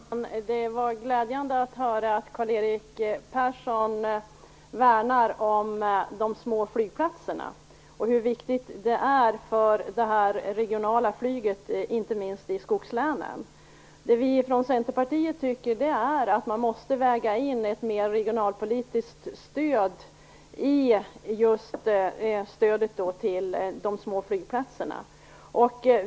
Herr talman! Det var glädjande att höra att Karl Erik Persson värnar om de små flygplatserna och tar upp hur viktiga de är för det regionala flyget, inte minst i skogslänen. Vi i Centerpartiet tycker att man måste väga in ett mer regionalpolitiskt stöd i stödet till de små flygplatserna.